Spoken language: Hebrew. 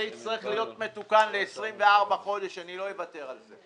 זה יצטרך להיות מתוקן ל- 24 חודשים ואני לא אוותר על כך.